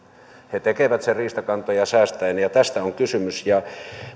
he tekevät sen riistakantoja säästäen tästä on kysymys ja